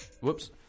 whoops